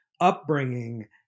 upbringing